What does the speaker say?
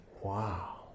Wow